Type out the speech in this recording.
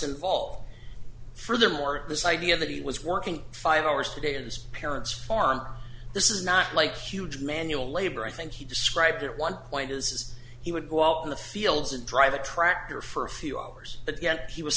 involved for the more this idea that he was working five hours today and his parents farm this is not like huge manual labor i think he described at one point is he would go out in the fields and drive a tractor for a few hours but yet he was